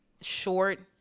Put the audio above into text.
short